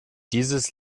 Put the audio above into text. dieses